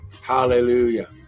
Hallelujah